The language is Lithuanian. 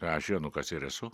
aš jonukas ir esu